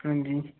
हां जी हां जी